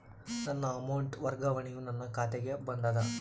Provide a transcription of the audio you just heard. ನನ್ನ ಅಮೌಂಟ್ ವರ್ಗಾವಣೆಯು ನನ್ನ ಖಾತೆಗೆ ಬಂದದ